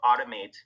automate